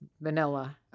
vanilla